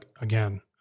again